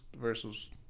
versus